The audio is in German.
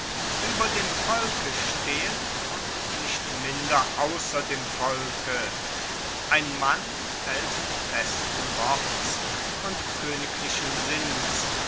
ueber dem volke stehend und nicht minder ausser dem volke ein mann felsenfesten worts und koeniglichen sinns